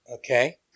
Okay